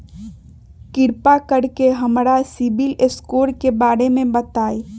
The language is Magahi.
कृपा कर के हमरा सिबिल स्कोर के बारे में बताई?